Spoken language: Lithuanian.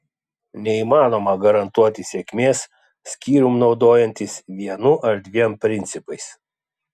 neįmanoma garantuoti sėkmės skyrium naudojantis vienu ar dviem principais